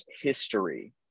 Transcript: history